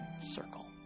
circle